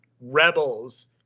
rebels